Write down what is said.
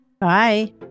Bye